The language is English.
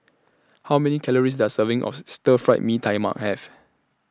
How Many Calories Does Serving of Stir Fried Mee Tai Mak Have